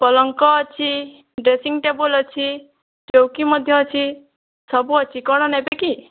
ପଲଙ୍କ ଅଛି dressing table ଅଛି ଚୌକି ମଧ୍ୟ ଅଛି ସବୁ ଅଛି କଣ ନେବେ କି